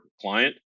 client